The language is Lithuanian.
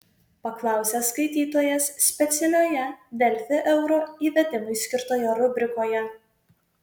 paklausė skaitytojas specialioje delfi euro įvedimui skirtoje rubrikoje